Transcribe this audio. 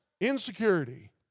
insecurity